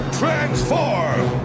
transform